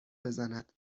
بزند